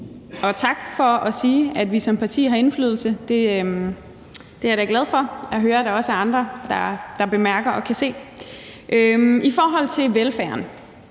Og tak for at sige, at vi som parti har indflydelse. Det er jeg da glad for at høre at der også er andre der bemærker og kan se. I forhold til velfærden